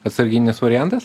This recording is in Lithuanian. atsarginis variantas